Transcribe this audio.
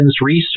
Research